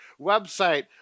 website